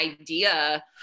idea